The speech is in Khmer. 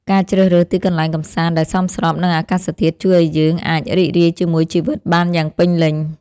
ការជ្រើសរើសទីកន្លែងកម្សាន្តដែលសមស្របនឹងអាកាសធាតុជួយឱ្យយើងអាចរីករាយជាមួយជីវិតបានយ៉ាងពេញលេញ។